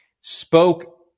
spoke